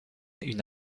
une